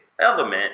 element